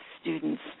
students